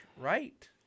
right